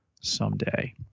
someday